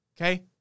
Okay